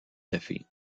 café